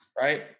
Right